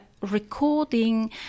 recording